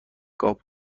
قاب